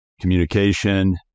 communication